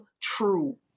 true